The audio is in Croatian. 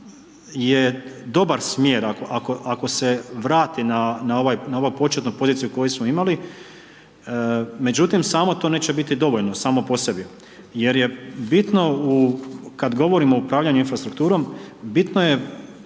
je dobar smjer ako se vrati na ovu početnu poziciju koju smo imali, međutim samo to neće biti dovoljno, samo po sebi jer je bitno kad govorimo o upravljaju infrastrukturom, bitno je